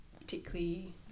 particularly